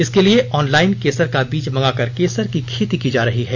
इसके लिए ऑनलाइन केसर का बीज मंगाकर केसर की खेती की जा रही है